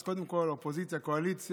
אז קודם כול אופוזיציה, קואליציה,